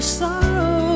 sorrow